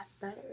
better